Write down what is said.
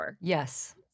Yes